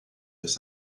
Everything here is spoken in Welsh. oes